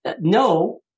No